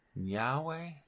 Yahweh